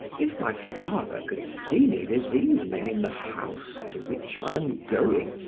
if my father could see me this evening in the house to which i am going,